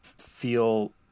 feel